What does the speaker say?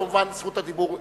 כמובן, רשות הדיבור אליך.